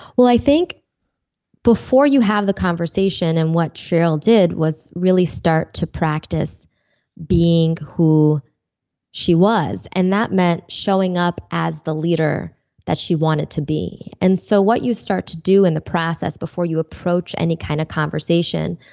well i think before you have the conversation, and what cheryl did was really start to practice being who she was. and that meant showing up as the leader that she wanted to be. and so what you start to do in the process before you approach any kind of conversation,